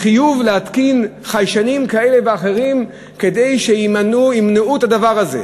בחיוב להתקין חיישנים כאלה ואחרים שימנעו את הדבר הזה.